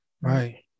Right